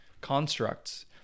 constructs